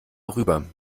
rüber